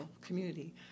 community